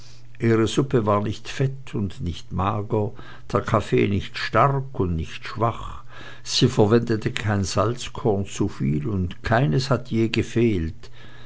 ihre suppe war nicht fett und nicht mager der kaffee nicht stark und nicht schwach sie verwendete kein salzkorn zuviel und keines hat je gefehlt